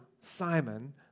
Simon